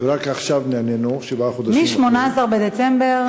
ורק עכשיו נענינו, שבעה חודשים אחרי, מ-18 בדצמבר?